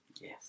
Yes